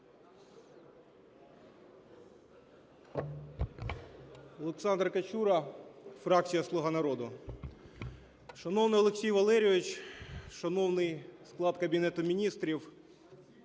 Олександр Качура, фракція "Слуга народу". Шановний Олексій Валерійович, шановний склад Кабінету Міністрів,